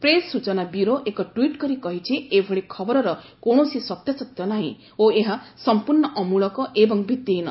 press ସୂଚନା bureau ଏକ tweet କରି କହିଛି ଏଭଳି ଖବରର କୌଣସି ସତ୍ୟାସତ୍ୟ ନାହିଁ ଓ ଏହା ସମ୍ପୂର୍ଣ୍ଣ ଅମ୍ବଳକ ଏବଂ ଭିତ୍ତିହୀନ